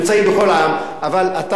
אבל אתה האחרון שצריך לדבר.